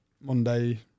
Monday